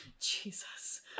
Jesus